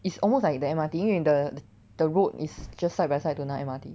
it's almost like the M_R_T 因为 the the road is just side by side to 那个 M_R_T